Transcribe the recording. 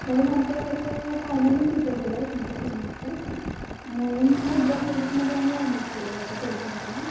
म्हणून आमच्या कसं पाहुण्यांनी सुचवलेलं तुमचं क्लिनिकचं म्हणून तुमच्या क्लिनिकमध्ये आम्ही ॲडमिट केलं होतं पेशंटला